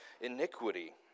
iniquity